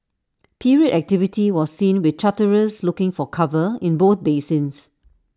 period activity was seen with charterers looking for cover in both basins